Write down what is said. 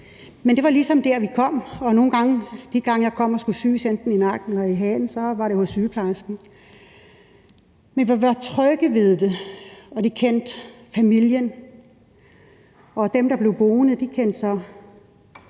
men det var ligesom der, vi kom, og de gange, jeg kom og skulle sys enten i nakken eller i hagen, så var det hos sygeplejersken. Men vi var trygge ved det, og de kendte familien, og dem, der blev boende, kendte de,